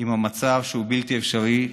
עם המצב, שהוא בלתי אפשרי,